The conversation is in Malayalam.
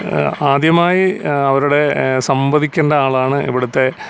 ആദ്യമായി അവരുടെ സംവദിക്കേണ്ട ആളാണ് ഇവിടുത്തെ